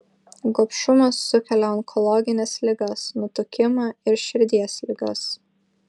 gobšumas sukelia onkologines ligas nutukimą ir širdies ligas